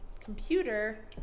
computer